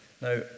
Now